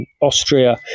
Austria